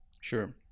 Sure